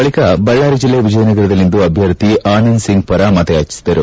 ಬಳಿಕ ಬಳ್ಳಾರಿ ಜಲ್ಲೆ ಎಜಯನಗರದಲ್ಲಿಂದು ಅಭ್ಯರ್ಥಿ ಆನಂದ್ ಸಿಂಗ್ ಪರ ಮತಯಾಚಿಸಿದರು